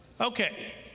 Okay